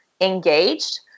engaged